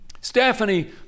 Stephanie